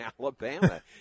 Alabama